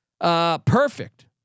Perfect